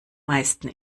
meisten